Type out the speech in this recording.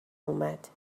اومد